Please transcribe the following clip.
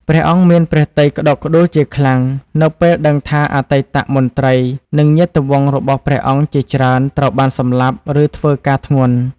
ព្រះអង្គមានព្រះទ័យក្តុកក្តួលជាខ្លាំង នៅពេលដឹងថាអតីតមន្ត្រី និងញាតិវង្សរបស់ព្រះអង្គជាច្រើនត្រូវបានសម្លាប់ ឬធ្វើការធ្ងន់។